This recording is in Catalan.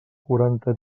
quaranta